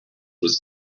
was